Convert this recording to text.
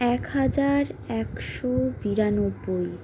এক হাজার একশো বিরানব্বই